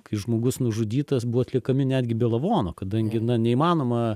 kai žmogus nužudytas buvo atliekami netgi be lavono kadangi neįmanoma